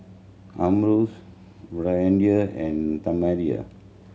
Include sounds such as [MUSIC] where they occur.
Amos Brandi and [UNINTELLIGIBLE]